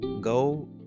go